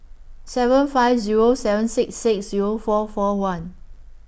seven five Zero seven six six Zero four four one